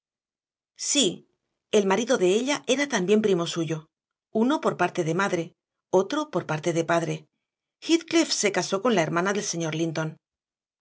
sí el marido de ella era también primo suyo uno por parte de madre otro por parte de padre heathcliff se casó con la hermana del señor linton